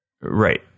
Right